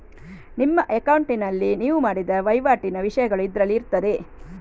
ನಿಮ್ಮ ಅಕೌಂಟಿನಲ್ಲಿ ನೀವು ಮಾಡಿದ ವೈವಾಟಿನ ವಿಷಯಗಳು ಇದ್ರಲ್ಲಿ ಇರ್ತದೆ